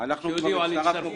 שיודיעו על הצטרפות.